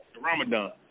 Ramadan